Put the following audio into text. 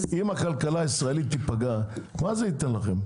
אם הכלכלה הישראלית תיפגע, מה זה ייתן לכם?